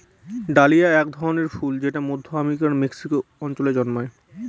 dahlia এক ধরনের ফুল যেটা মধ্য আমেরিকার মেক্সিকো অঞ্চলে জন্মায়